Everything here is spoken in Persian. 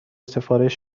سفارش